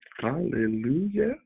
Hallelujah